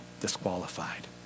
disqualified